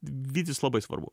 vytis labai svarbu